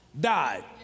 died